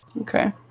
Okay